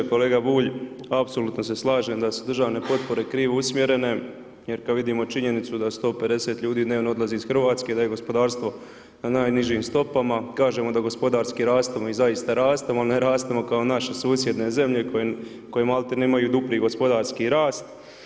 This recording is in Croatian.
Kolega Bulj, apsolutno se slažem da su državne potpore krivo usmjerene jer kad vidimo činjenicu da 150 ljudi dnevno odlazi iz Hrvatske, da je gospodarstvo na najnižim stopama, kažemo da gospodarskim rastom mi zaista rastemo, ali ne rastemo kao naše susjedne zemlje koje maltene imaju dupli gospodarski rast.